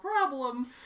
problem